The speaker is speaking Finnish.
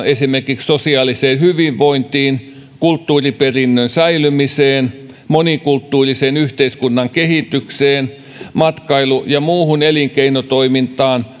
esimerkiksi sosiaaliseen hyvinvointiin kulttuuriperinnön säilymiseen monikulttuurisen yhteiskunnan kehitykseen matkailu ja muuhun elinkeinotoimintaan